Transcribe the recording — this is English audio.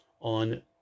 on